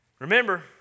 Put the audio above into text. Remember